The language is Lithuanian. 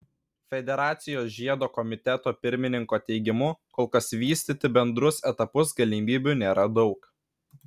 federacijos žiedo komiteto pirmininko teigimu kol kas vystyti bendrus etapus galimybių nėra daug